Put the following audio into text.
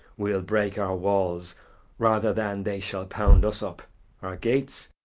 we'll break our walls rather than they shall pound us up our gates,